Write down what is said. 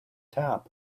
top